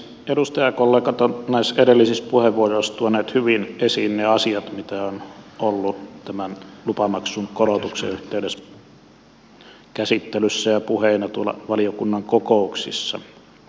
edustajakollegat ovat näissä edellisissä puheenvuoroissa tuoneet hyvin esiin ne asiat mitä on ollut tämän lupamaksun korotuksen yhteydessä käsittelyssä ja puheena valiokunnan kokouksissa